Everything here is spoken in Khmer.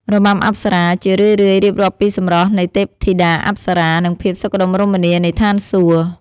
របាំអប្សរា ជារឿយៗរៀបរាប់ពីសម្រស់នៃទេពធីតាអប្សរា និងភាពសុខដុមរមនានៃឋានសួគ៌។